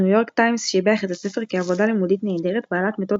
הניו יורק טיימס שיבח את הספר כעבודה לימודית נהדרת בעלת מתודה